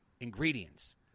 ingredients